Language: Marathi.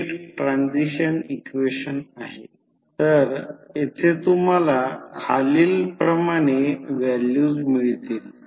तर जर फक्त त्याचे डेरिव्हेटिव्ह घेतले तर E1 N1 ∅mω cosine ω t तेवढे मिळेल